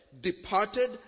departed